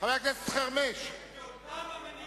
חבר הכנסת אפללו, כמה אפשר?